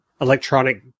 electronic